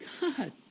God